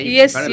yes